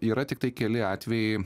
yra tiktai keli atvejai